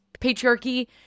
patriarchy